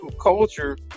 culture